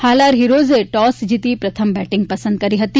હાલાર હીરોઝે ટોસ જીતી પ્રથમ બેટિંગ પસંદ કરી હતી